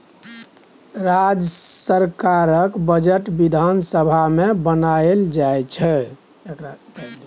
राज्य सरकारक बजट बिधान सभा मे बनाएल जाइ छै